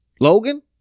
Logan